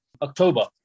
October